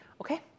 Okay